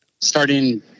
starting